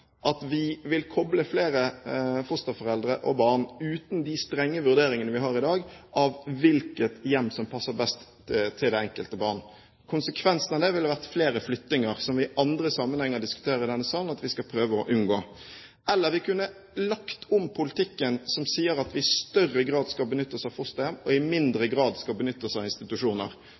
at vi ville koble flere fosterforeldre og barn, uten de strenge vurderingene vi har i dag når det gjelder hvilket hjem som passer best til det enkelte barn. Konsekvensen av det ville vært flere flyttinger, som vi i andre sammenhenger sier i denne sal at vi skal prøve å unngå, eller vi kunne lagt om politikken som sier at vi i større grad skal benytte oss av fosterhjem, og i mindre grad skal benytte oss av institusjoner.